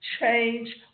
change